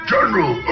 General